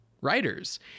writers